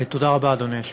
תודה רבה, אדוני היושב-ראש.